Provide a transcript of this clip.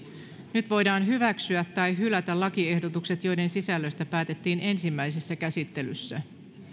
nyt voidaan hyväksyä tai hylätä lakiehdotukset joiden sisällöstä päätettiin ensimmäisessä käsittelyssä